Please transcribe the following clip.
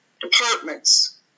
departments